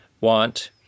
want